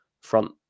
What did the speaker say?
front